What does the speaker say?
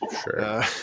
Sure